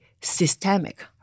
systemic